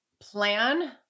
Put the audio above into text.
plan